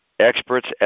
Experts